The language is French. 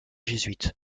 jésuites